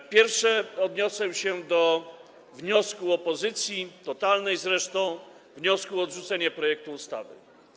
Po pierwsze, odniosę się do wniosku opozycji, totalnej zresztą, o odrzucenie projektu ustawy.